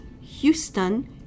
Houston